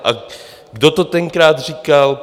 A kdo to tenkrát říkal?